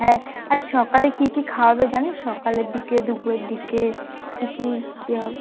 হ্যাঁ আর সকালে কী কী খাওয়াবে জানিস সকালের দিকে দুপুরের দিকে কী কী ইয়ে হবে